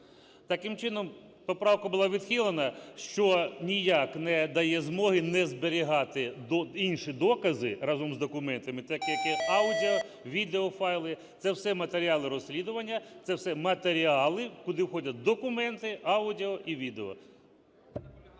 Таким чином поправка була відхилена, що ніяк не дає змоги не зберігати інші докази разом з документами, так як аудіо-, відеофайли – це все матеріали розслідування, це все матеріали, куди входять документи аудіо і відео.